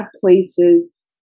places